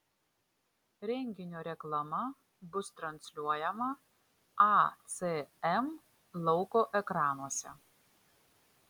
renginio reklama bus transliuojama acm lauko ekranuose